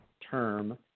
term